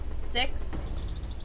Six